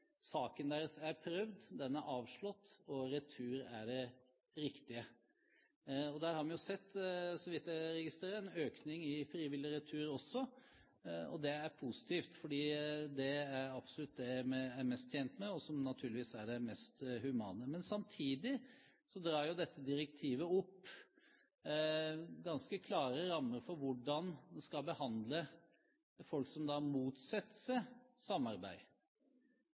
saken deres er prøvd, den er avslått, og retur er det riktige. Der har vi sett, så vidt jeg registrerer, en økning i frivillig retur også. Det er positivt, for det er absolutt det vi er mest tjent med, og som naturligvis er det mest humane. Men samtidig drar jo dette direktivet opp ganske klare rammer for hvordan en skal behandle folk som motsetter seg samarbeid,